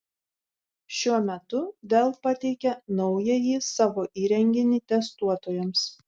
šiuo metu dell pateikė naująjį savo įrenginį testuotojams